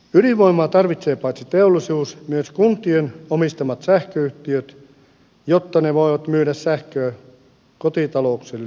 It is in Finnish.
ydinvoimaa tarvitsee paitsi teollisuus myös kuntien omistamat sähköyhtiöt jotta ne voivat myydä sähköä kotitalouksille kohtuuhinnalla